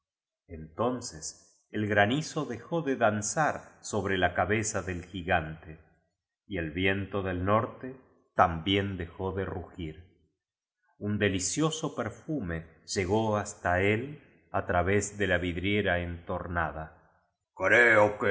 mundoentonces el granizo dejó de danzar so bre la cabeza del gigante y el viento del norte también dejó de rugir un delicio so perfume llegó hasta él á través de la vidriera entornada